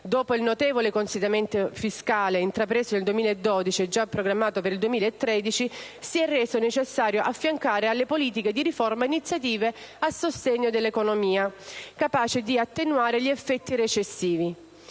Dopo il notevole consolidamento fiscale intrapreso nel 2012 e già programmato per il 2013 si è reso necessario affiancare alle politiche di riforma iniziative a sostegno dell'economia capaci di attenuare gli effetti recessivi